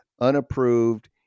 unapproved